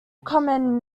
common